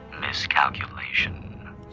miscalculation